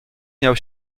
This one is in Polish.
miał